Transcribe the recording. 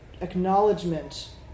acknowledgement